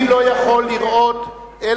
אני לא יכול לראות פה,